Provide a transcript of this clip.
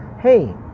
Hey